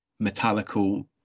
metallical